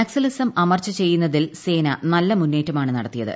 Naxalism അമർച്ച ചെയ്യുന്നതിൽ സേന നല്ല മുന്നേറ്റമാണ് നേടിയത്